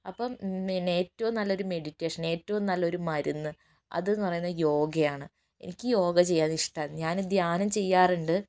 അപ്പം പിന്നെ ഏറ്റവും നല്ലൊരു മെഡിറ്റേഷൻ ഏറ്റവും നല്ലൊരു മരുന്ന് അത് എന്നു പറയുന്ന യോഗയാണ് എനിക്ക് യോഗ ചെയ്യാനിഷ്ടമാണ് ഞാൻ ധ്യാനം ചെയ്യാറുണ്ട്